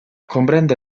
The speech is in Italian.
comprende